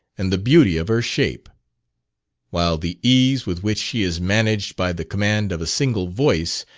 and the beauty of her shape while the ease with which she is managed by the command of a single voice,